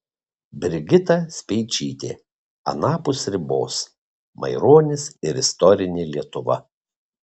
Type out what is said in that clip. brigita speičytė anapus ribos maironis ir istorinė lietuva